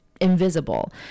invisible